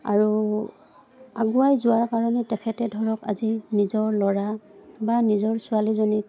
আৰু আগুৱাই যোৱাৰ কাৰণে তেখেতে ধৰক আজি নিজৰ ল'ৰা বা নিজৰ ছোৱালীজনীক